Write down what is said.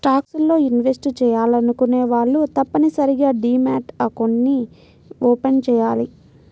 stocks లో invest చెయ్యాలనుకునే వాళ్ళు తప్పనిసరిగా డీమ్యాట్ అకౌంట్ని ఓపెన్ చెయ్యాలి